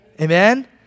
Amen